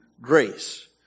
grace